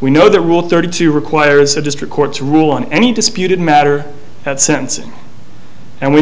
we know the rule thirty two requires the district courts rule on any disputed matter at sentencing and we